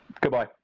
goodbye